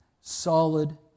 solid